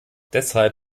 deshalb